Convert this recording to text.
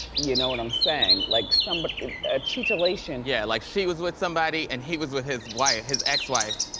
you know what i'm saying? like somebody's ah cheat elation. yeah, like she was with somebody and he was with his wife, his ex wife.